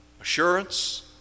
assurance